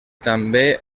també